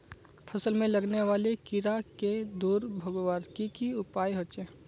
फसल में लगने वाले कीड़ा क दूर भगवार की की उपाय होचे?